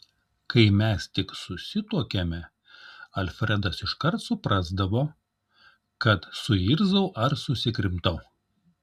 kai mes tik susituokėme alfredas iškart suprasdavo kad suirzau ar susikrimtau